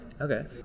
Okay